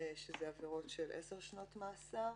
זה עבירות של 10 שנות מאסר,